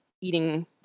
eating